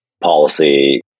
policy